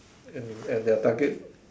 and and their package